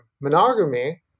monogamy